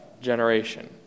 generation